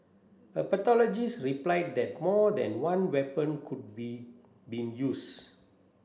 the pathologist replied that more than one weapon could be been used